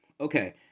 Okay